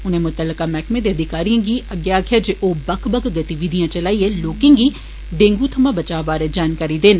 उनै मुत्तल्लका मैहकमें दे अधिकारियें गी अग्गै आक्खेया जे ओ बक्ख बक्ख गतिविधियां चलाइयै लोकें गी ढेंगू थमां बचा बारै जानकारी देन